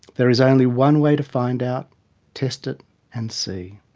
there is only one way to find out test it and see.